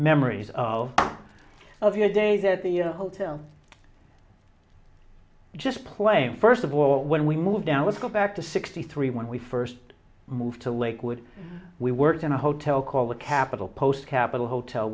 memories of of your day that the hotel just plain first of all when we moved out let's go back to sixty three when we first moved to lakewood we worked in a hotel called the capital post capital hotel